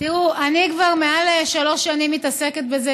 תראו, אני כבר מעל שלוש שנים מתעסקת בזה.